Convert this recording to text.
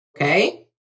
okay